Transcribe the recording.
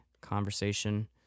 conversation